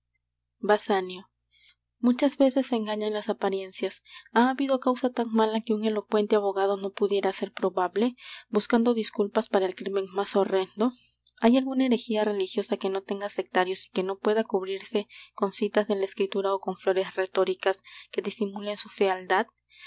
basanio muchas veces engañan las apariencias ha habido causa tan mala que un elocuente abogado no pudiera hacer probable buscando disculpas para el crímen más horrendo hay alguna herejía religiosa que no tenga sectarios y que no pueda cubrirse con citas de la escritura ó con flores retóricas que disimulen su fealdad